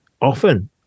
often